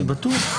אני בטוח.